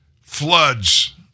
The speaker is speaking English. floods